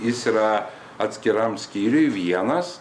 jis yra atskiram skyriui vienas